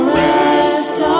rest